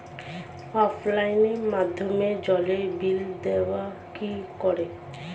অফলাইনে মাধ্যমেই জলের বিল দেবো কি করে?